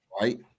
right